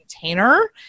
container